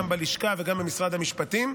גם בלשכה וגם במשרד המשפטים,